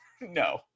no